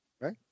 Right